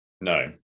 No